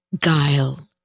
guile